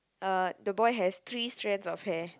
uh the boy has three strands of hair